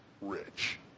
rich